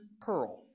pearl